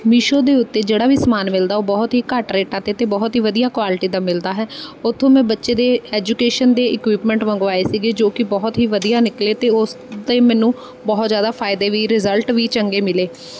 ਮੀਸ਼ੋ ਦੇ ਉੱਤੇ ਜਿਹੜਾ ਵੀ ਸਮਾਨ ਮਿਲਦਾ ਉਹ ਬਹੁਤ ਹੀ ਘੱਟ ਰੇਟਾਂ 'ਤੇ ਅਤੇ ਬਹੁਤ ਹੀ ਵਧੀਆ ਕੁਆਲਿਟੀ ਦਾ ਮਿਲਦਾ ਹੈ ਉੱਥੋਂ ਮੈਂ ਬੱਚੇ ਦੇ ਐਜੂਕੇਸ਼ਨ ਦੇ ਇਕਿਪਮੈਂਟ ਮੰਗਵਾਏ ਸੀਗੇ ਜੋ ਕਿ ਬਹੁਤ ਹੀ ਵਧੀਆ ਨਿਕਲੇ ਅਤੇ ਉਸ ਦੇ ਮੈਨੂੰ ਬਹੁਤ ਜ਼ਿਆਦਾ ਫਾਇਦੇ ਵੀ ਰਿਜਲਟ ਵੀ ਚੰਗੇ ਮਿਲੇ